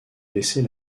laisser